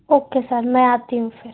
okay sir मै आती हूँ फिर